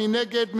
מי נגד?